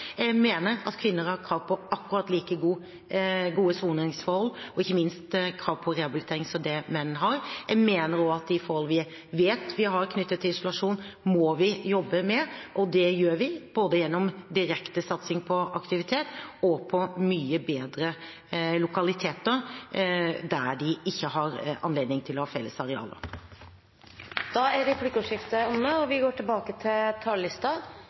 Jeg mener at kvinner har krav på akkurat like gode soningsforhold og ikke minst samme krav på rehabilitering som det menn har. Jeg mener også at de utfordringene vi har knyttet til isolasjon, må vi jobbe med. Det gjør vi både gjennom direkte satsing på aktivitet og på mye bedre lokaliteter der de ikke har anledning til å ha felles arealer. Replikkordskiftet er dermed omme.